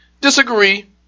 disagree